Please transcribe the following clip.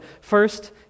first